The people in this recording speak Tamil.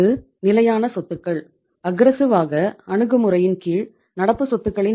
இது நிலையான சொத்துக்கள்